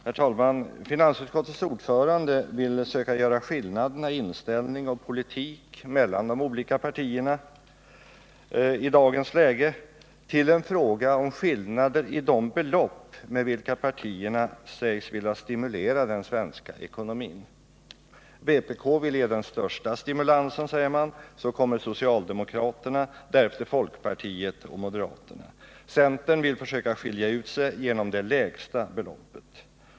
Herr talman! Finansutskottets ordförande vill söka göra skillnaderna i inställning och politik mellan de olika partierna i dagens läge till en fråga om skillnader i de belopp med vilka partierna sägs vilja stimulera den svenska ekonomin. Vpk vill ge den största stimulansen, säger man, så kommer socialdemokraterna och därefter folkpartiet och moderaterna. Centern vill försöka skilja ut sig genom det lägsta beloppet.